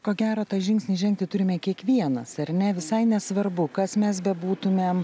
ko gero tą žingsnį žengti turime kiekvienas ar ne visai nesvarbu kas mes bebūtumėm